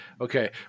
okay